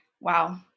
wow